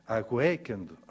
awakened